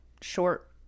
short